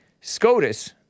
SCOTUS